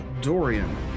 Dorian